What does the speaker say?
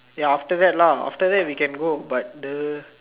ya after that lah after that we can go but the